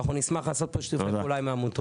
ואנחנו נשמח לעשות פה שיתופי פעולה עם העמותות.